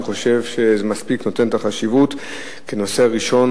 אני חושב שזה מספיק נותן את החשיבות כשזה הנושא הראשון